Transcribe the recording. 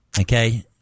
Okay